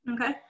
Okay